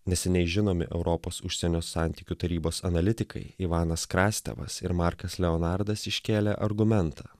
neseniai žinomi europos užsienio santykių tarybos analitikai ivanas krastevas ir markas leonardas iškėlė argumentą